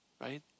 Right